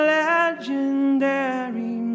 legendary